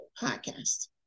podcast